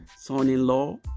son-in-law